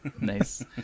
nice